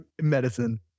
medicine